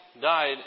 died